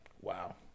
Wow